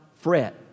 fret